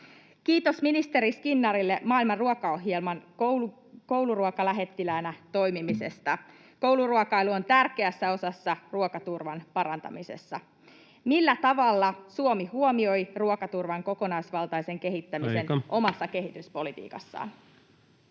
Kiitos ministeri Skinnarille Maailman ruokaohjelman kouluruokalähettiläänä toimimisesta. Kouluruokailu on tärkeässä osassa ruokaturvan parantamisessa. Millä tavalla Suomi huomioi ruokaturvan kokonaisvaltaisen kehittämisen [Puhemies: Aika!] omassa kehityspolitiikassaan?